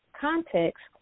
context